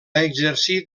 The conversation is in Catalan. exercir